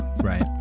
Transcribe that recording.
right